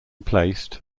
placed